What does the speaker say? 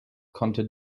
konnte